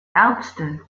ärzte